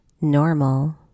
normal